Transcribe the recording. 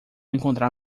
encontrar